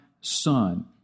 son